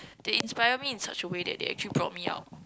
they inspired me in such a way that they actually brought me out